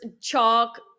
chalk